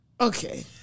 Okay